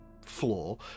floor